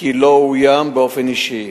כי לא אוים באופן אישי.